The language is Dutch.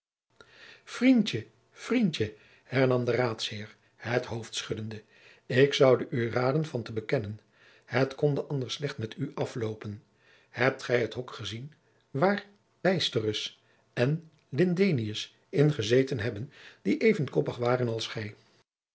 vriendje vriendje hernam de raadsheer het hoofd schuddende ik zoude u raden van te bekennen het konde anders slecht met u afloopen hebt gij het hok gezien waar bysterus en lindenius in gezeten hebben die even koppig waren als gij